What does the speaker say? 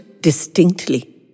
distinctly